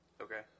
Okay